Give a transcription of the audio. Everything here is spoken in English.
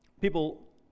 people